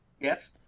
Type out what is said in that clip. yes